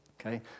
Okay